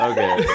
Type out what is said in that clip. Okay